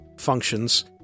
functions